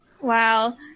Wow